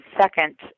second